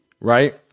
right